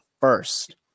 first